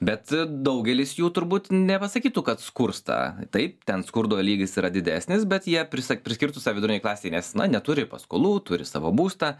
bet daugelis jų turbūt nepasakytų kad skursta taip ten skurdo lygis yra didesnis bet jie prisa priskirtų save vidurinei klasei nes na neturi paskolų turi savo būstą